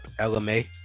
LMA